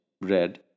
red